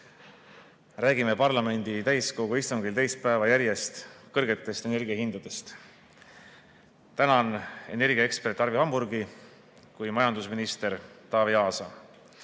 räägime parlamendi täiskogu istungil teist päeva järjest kõrgetest energiahindadest. Tänan nii energiaekspert Arvi Hamburgi kui ka majandusminister Taavi Aasa.